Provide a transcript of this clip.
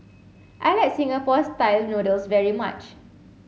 I like Singapore style noodles very much